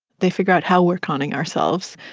they figure out how we're conning ourselves.